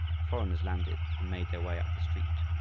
foreigners landed and made their way up the street.